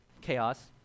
chaos